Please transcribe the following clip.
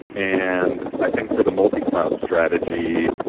and i think for the multi-cloud strategy,